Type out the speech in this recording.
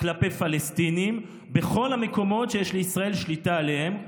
כלפי פלסטינים בכל המקומות שיש לישראל שליטה עליהם,